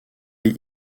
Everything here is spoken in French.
les